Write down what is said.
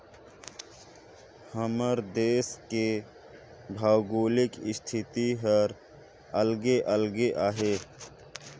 हमर देस के भउगोलिक इस्थिति हर अलगे अलगे अहे